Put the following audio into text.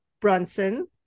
Brunson